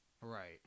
Right